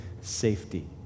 safety